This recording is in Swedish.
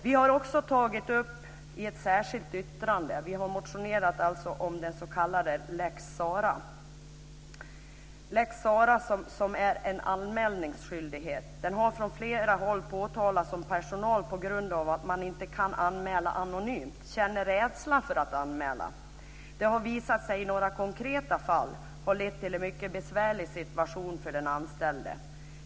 Vi har i ett särskilt yttrande tagit upp den s.k. lex Sarah, som vi också har motionerat om. Lex Sarah är en anmälningsskyldighet. Det har från flera håll påtalats att personal på grund av att man inte kan anmäla anonymt känner rädsla för att anmäla. I några konkreta fall har det visat sig att en anmälan har lett till en mycket besvärlig situation för den anställde.